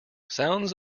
sounds